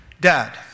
Dad